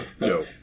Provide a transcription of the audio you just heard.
no